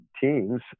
teams